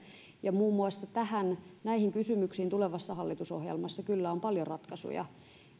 ja muun muassa näihin kysymyksiin tulevassa hallitusohjelmassa kyllä on paljon ratkaisuja kuten